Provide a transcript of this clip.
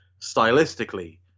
stylistically